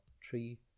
Tree